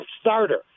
starter